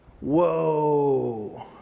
Whoa